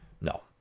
no